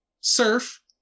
Surf